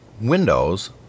windows